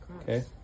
Okay